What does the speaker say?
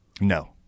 No